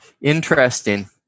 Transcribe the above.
Interesting